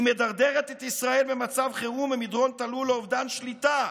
היא מדרדרת את ישראל במצב חירום במדרון תלול לאובדן שליטה.